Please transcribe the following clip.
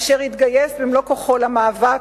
אשר התגייס במלוא כוחו למאבק,